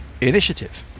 initiative